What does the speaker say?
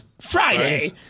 Friday